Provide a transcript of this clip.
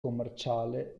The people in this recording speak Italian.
commerciale